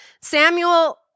Samuel